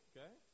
Okay